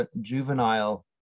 juvenile